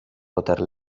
poter